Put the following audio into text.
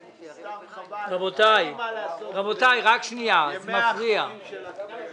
סתם חבל כי אין מה לעשות בימיה האחרונים של הכנסת.